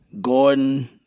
gordon